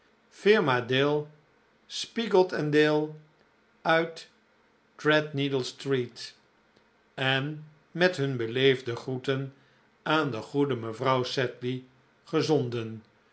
firma dale spiggot dale uit threadneedle street en met hun beleefde groeten aan de goede mevrouw sedley gezonden